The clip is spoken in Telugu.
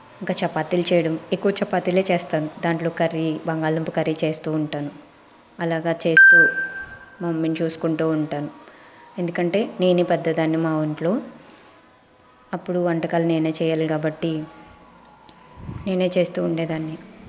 ఇంకా చపాతీలు చేయడం ఎక్కువ చపాతీలే చేస్తాను దాంట్లో కర్రీ బంగాళదుంప కర్రీ చేస్తూ ఉంటాను అలాగా చేస్తూ మా మమ్మీని చూసుకుంటూ ఉంటాను ఎందుకంటే నేను పెద్దదాన్ని మా ఇంట్లో అప్పుడు వంటకాలు నేనే చేయాలి కాబట్టి నేనే చేస్తూ ఉండేదాన్ని